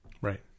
Right